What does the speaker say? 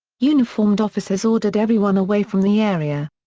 uniformed officers ordered everyone away from the area.